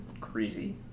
crazy